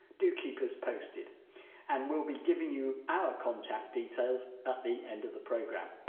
do keep us posted and we'll be giving you our contact details at the end of the programme